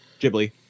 Ghibli